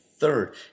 third